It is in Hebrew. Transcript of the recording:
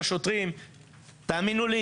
שהשוטר או השוטרת חוזרים איתם הביתה,